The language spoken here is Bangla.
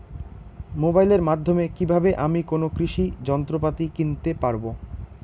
মোবাইলের মাধ্যমে কীভাবে আমি কোনো কৃষি যন্ত্রপাতি কিনতে পারবো?